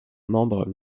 membres